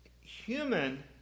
human